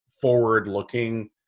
forward-looking